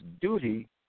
duty